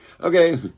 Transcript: okay